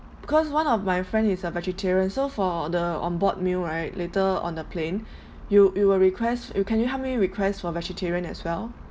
because one of my friend is a vegetarian so for the on board meal right later on the plane you you will request you can you help me request for vegetarian as well